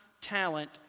talent